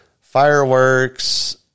fireworks